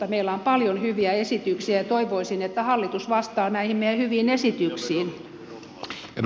meillä on paljon hyviä esityksiä ja toivoisin että hallitus vastaa näihin meidän hyviin esityksiimme